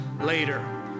later